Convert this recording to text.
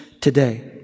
today